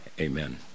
Amen